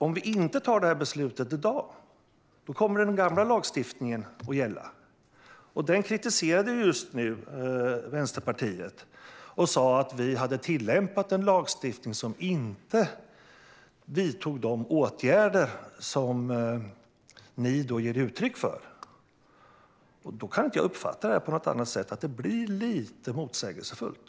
Om vi inte tar detta beslut i dag kommer den gamla lagstiftningen att gälla, och Vänsterpartiet kritiserade precis den och sa att det har tillämpats en lagstiftning som inte vidtar de åtgärder som Vänsterpartiet önskar. Det blir lite motsägelsefullt.